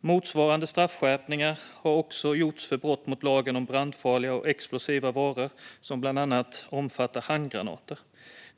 Motsvarande straffskärpningar har också gjorts för brott mot lagen om brandfarliga och explosiva varor, som bland annat omfattar handgranater.